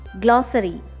Glossary